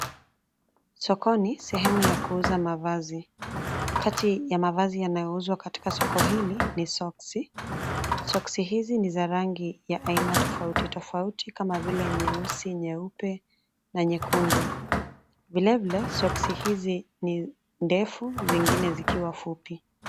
Sokoni sehemu ya kuuza mavazi kati ya mavazi yanayouuzwa katika soko hili ni soksi, soski hizi ni za rangi ya aina tofauti tofauti kama vile nyeusi nyeupe na nyekundu vile vile soksi hizi ni ndefu zingine zikiwa fupi.